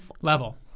Level